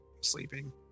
sleeping